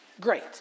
great